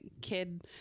kid